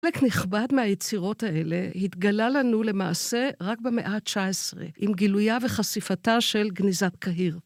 חלק נכבד מהיצירות האלה התגלה לנו למעשה רק במאה ה-19, עם גילויה וחשיפתה של גניזת קהיר.